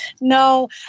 No